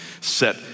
set